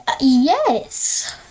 Yes